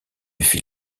fil